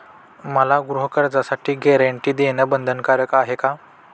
मला गृहकर्जासाठी गॅरंटी देणं बंधनकारक आहे का?